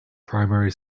primary